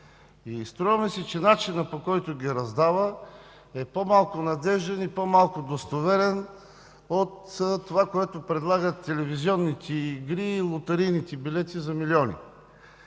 Струва ми се, че начинът, по който ги раздава, е по-малко надежден и по-малко достоверен от това, което предлагат телевизионните игри и лотарийните билети за милиони.